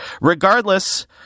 regardless